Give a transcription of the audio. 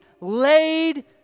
laid